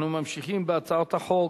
אנחנו ממשיכים בהצעות החוק.